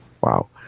Wow